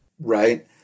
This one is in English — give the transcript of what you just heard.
Right